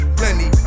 plenty